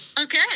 Okay